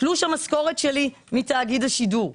תלוש המשכורת שלי מתאגיד השידור.